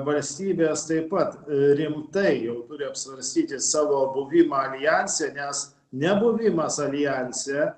valstybės taip pat rimtai jau turi apsvarstyti savo buvimą aljanse nes nebuvimas aljanse